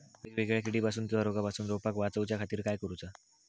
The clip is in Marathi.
वेगवेगल्या किडीपासून किवा रोगापासून रोपाक वाचउच्या खातीर काय करूचा?